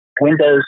Windows